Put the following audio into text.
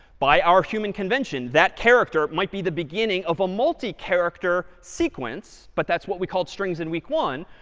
by our human convention, that character might be the beginning of a multi character sequence. but that's what we called strings in week one.